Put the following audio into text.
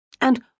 And